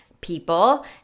people